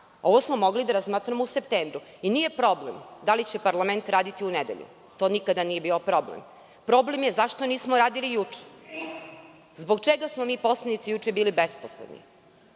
smo mogli da razmatramo u septembru i nije problem da li će parlament raditi u nedelju. To nikada nije bio problem. Problem je zašto nismo radili juče? Zbog čega smo mi poslanici juče bili besposleni?